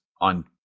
on